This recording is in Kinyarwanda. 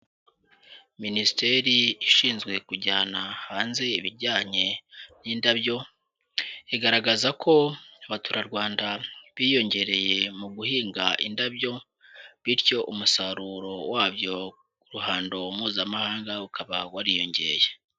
Minisiteri ishinzwe kujyana hanze ibijyanye n'indabyo, igaragaza ko abaturarwanda biyongereye mu guhinga indabyo. Bityo umusaruro wabyo ku ruhando mpuzamahanga ukaba wariyongeye.